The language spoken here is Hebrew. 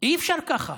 אי-אפשר ככה.